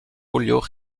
julio